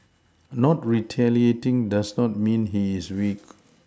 not retaliating does not mean he is weak